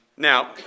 Now